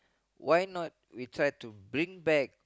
why not we try to bring back